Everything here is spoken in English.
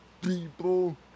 people